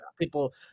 people